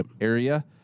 area